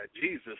Jesus